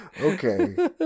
Okay